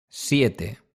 siete